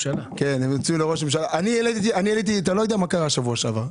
אני עליתי, אתה לא יודע מה קרה שבוע שעבר.